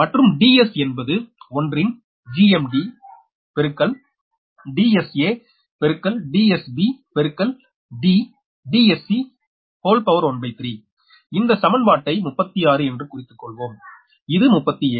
மற்றும் 𝐷𝑠 என்பது ஒன்றின் GMD𝐷𝑠𝑎 ∗ 𝐷𝑠b ∗ 𝐷𝐷𝑠c13 இந்த சமன்பாடை 36 என்று குறித்துக்கொள்வோம் இது 37